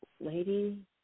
lady